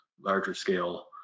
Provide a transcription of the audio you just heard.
larger-scale